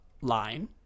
line